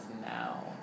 now